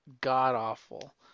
god-awful